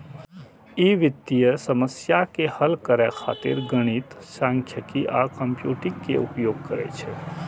ई वित्तीय समस्या के हल करै खातिर गणित, सांख्यिकी आ कंप्यूटिंग के उपयोग करै छै